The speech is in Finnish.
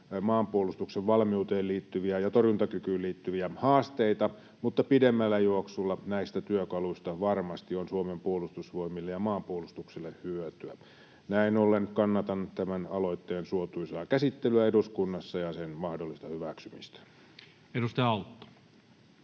maanpuolustuksen valmiuteen ja torjuntakykyyn liittyviä haasteita, mutta pidemmällä juoksulla näistä työkaluista varmasti on Suomen Puolustusvoimille ja maanpuolustukselle hyötyä. Näin ollen kannatan tämän aloitteen suotuisaa käsittelyä eduskunnassa ja sen mahdollista hyväksymistä. [Speech 312]